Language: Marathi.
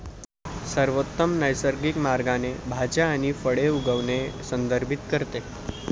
सर्वोत्तम नैसर्गिक मार्गाने भाज्या आणि फळे उगवणे संदर्भित करते